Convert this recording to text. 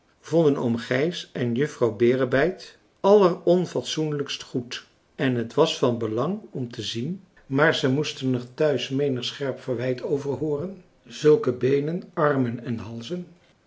vonden oom gijs en juffrouw berebijt alleronfatsoenlijkst goed en het was van belang om te zien maar ze moesten er thuis menig scherp verwijt over hooren zulke beenen armen en halzen